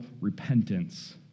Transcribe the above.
repentance